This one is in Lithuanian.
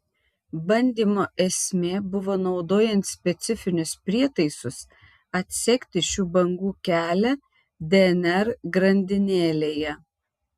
bandymo esmė buvo naudojant specifinius prietaisus atsekti šių bangų kelią dnr grandinėlėje